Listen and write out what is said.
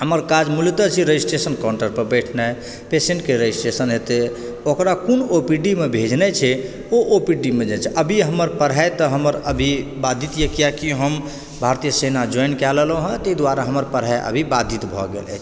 हमर काज मूलतः छी रजिस्ट्रेशन काउन्टर पर बैठनाइ पेसेन्टके रजिस्ट्रेशन हेतै ओकरा कोन ओ पी डीमे भेजनाइ छै ओ ओ पी डीमे जाइ छै अभी हमर पढ़ाइ तऽ हमर अभी बाधित यऽ किआकि हम भारतीय सेना ज्वाइन कऽ लेलहुँ ताहि दुआरे हमर पढ़ाइ अभी बाधित भए गेल अछि